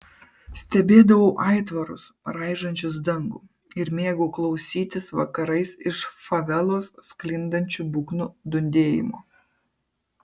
stebėdavau aitvarus raižančius dangų ir mėgau klausytis vakarais iš favelos sklindančių būgnų dundėjimo